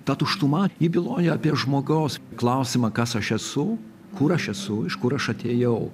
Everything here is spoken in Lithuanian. ta tuštuma ji byloja apie žmogaus klausimą kas aš esu kur aš esu iš kur aš atėjau